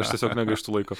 aš tiesiog negaištu laiko